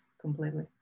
completely